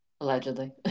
Allegedly